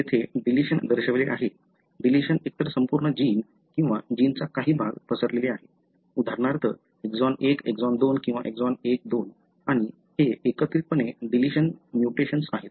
येथे डिलिशन दर्शवले आहे डिलिशन एकतर संपूर्ण जीन किंवा जीनचा काही भाग पसरलेले आहे उदाहरणार्थ exon 1 exon 2 किंवा exon 1 2 आणि हे एकत्रितपणे डिलिशन म्युटेशन्स आहेत